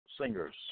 singers